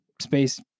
space